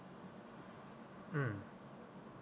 mm